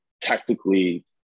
tactically